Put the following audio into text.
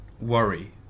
worry